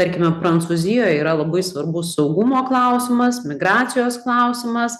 tarkime prancūzijoj yra labai svarbus saugumo klausimas migracijos klausimas